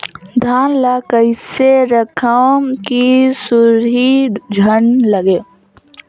धान ल कइसे रखव कि सुरही झन लगे?